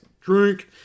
Drink